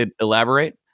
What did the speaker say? elaborate